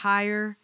Higher